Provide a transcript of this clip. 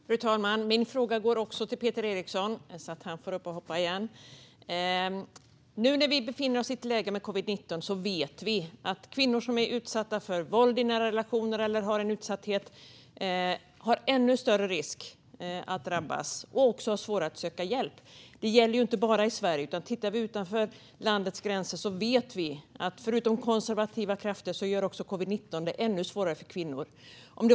Fru talman! Min fråga går också till Peter Eriksson. Nu när vi befinner oss i ett läge med covid-19 vet vi att kvinnor som är utsatta för våld i nära relationer eller i annan utsatthet har ännu större risk att drabbas och också svårare att söka hjälp. Det gäller inte bara i Sverige, utan vi vet att utanför landets gränser gör, förutom konservativa krafter, covid-19 det ännu svårare för kvinnor.